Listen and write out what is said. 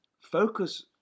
focus